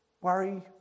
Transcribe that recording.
worry